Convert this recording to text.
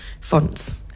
fonts